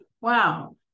wow